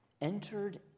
entered